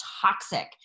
toxic